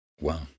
Wow